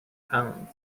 pounds